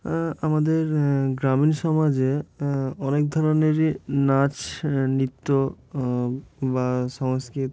আমাদের গ্রামীণ সমাজে অনেক ধরনেরই নাচ নৃত্য বা সংস্কৃত